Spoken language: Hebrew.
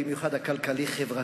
במיוחד את האתגר הכלכלי-חברתי,